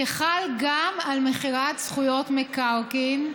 תשס"א 2000, כחל גם על מכירת זכויות מקרקעין,